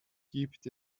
gibt